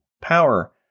power